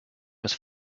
was